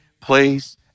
place